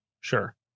sure